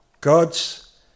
God's